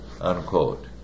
unquote